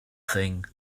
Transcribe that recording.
thing